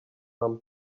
rum